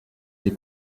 des